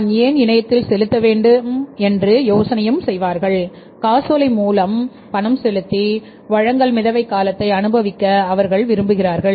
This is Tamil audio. நான் ஏன் இணையத்தில் செலுத்த வேண்டும் என்று யோசனை செய்வார்கள் காசோலை மூலம் பணம் செலுத்தி வழங்கல் மிதவை காலத்தை அனுபவிக்க அவர்கள் விரும்புகிறார்கள்